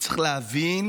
צריך להבין